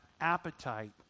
appetite